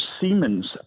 Siemens